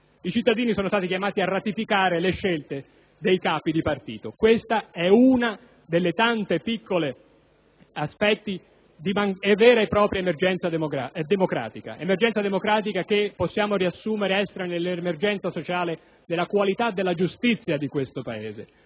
I cittadini sono stati chiamati a ratificare le scelte dei capi di partito. Questo è uno dei tanti aspetti minori di vera e propria emergenza democratica, emergenza democratica che risiede nell'emergenza sociale derivante dalla qualità della giustizia di questo Paese,